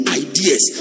ideas